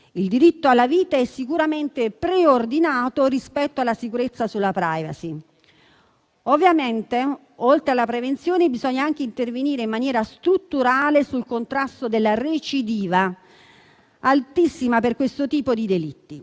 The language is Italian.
Il diritto alla vita è sicuramente preordinato rispetto alla tutela della *privacy*. Ovviamente, oltre alla prevenzione bisogna intervenire, in maniera strutturale, anche sul contrasto della recidiva, altissima per questo tipo di delitti.